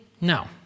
No